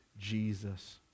Jesus